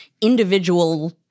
Individual